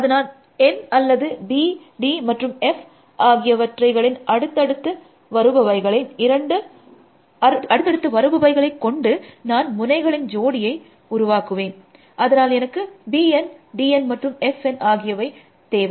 அதனால் N அல்லது B D மற்றும் F ஆகியவைகளின் அடுத்தடுத்து வருபவைகளை கொண்டு நான் முனைகளின் ஜோடியை உருவாக்குவேன் அதனால் எனக்கு B N D N மற்றும் F N ஆகியவை எனக்கு தேவை